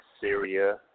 Syria